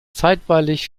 zeitweilig